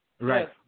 Right